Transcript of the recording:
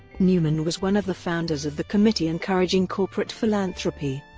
newman was one of the founders of the committee encouraging corporate philanthropy,